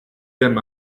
them